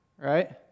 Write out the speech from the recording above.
right